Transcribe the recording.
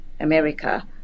America